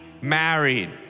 married